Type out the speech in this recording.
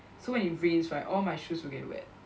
so when it rains right all my shoes will get wet